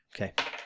Okay